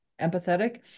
empathetic